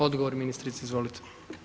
Odgovor ministrice, izvolite.